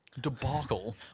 Debacle